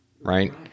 right